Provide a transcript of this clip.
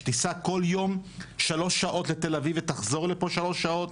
שתיסע כל יום שלוש שעות לתל אביב ותחזור לפה שלוש שעות?